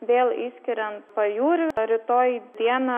vėl išskiriant pajūrį rytoj dieną